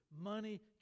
Money